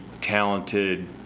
talented